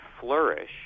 flourish